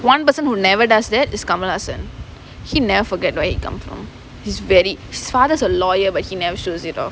one person who never does that is kamal haasan he never forget where he come from he's very his father's a lawyer but he never shows it off